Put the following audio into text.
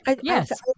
Yes